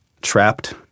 trapped